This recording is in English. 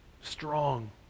strong